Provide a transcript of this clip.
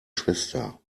schwester